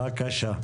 בבקשה.